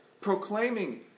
proclaiming